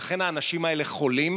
לכן האנשים האלה חולים.